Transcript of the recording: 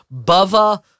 Bava